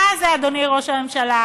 אתה, אדוני ראש הממשלה,